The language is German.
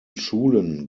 schulen